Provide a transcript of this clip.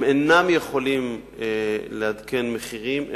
הם אינם יכולים לעדכן מחירים,